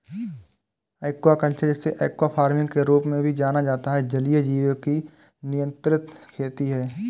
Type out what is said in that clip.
aquaculture, जिसे aqua farming के रूप में भी जाना जाता है, जलीय जीवों की नियंत्रित खेती है